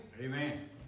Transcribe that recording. Amen